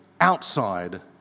outside